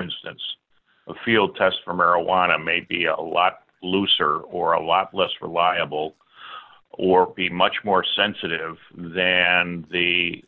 instance a field test for marijuana may be a lot looser or a lot less reliable or be much more sensitive than the